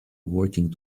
working